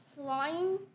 flying